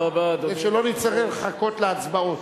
כדי שלא נצטרך לחכות להצבעות.